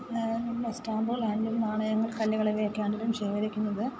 സ്റ്റാമ്പുൾ അല്ലെങ്കിൽ നാണയങ്ങൾ കല്ലുകൾ ഇവയൊക്കെയാണ് ഞാൻ ശേഖരിക്കുന്നത്